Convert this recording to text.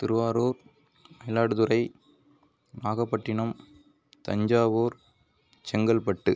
Thiruvarur Mayiladuthurai Nagapattinam Thanjavur Chengalpattu